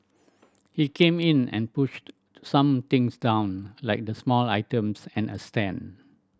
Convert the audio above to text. he came in and pushed some things down like the small items and a stand